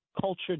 culture